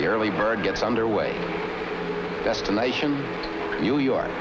the early bird gets underway destination new york